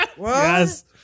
yes